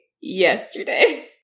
yesterday